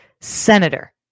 Senator